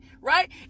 right